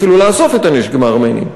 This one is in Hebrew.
התחילו לאסוף את הנשק מהארמנים.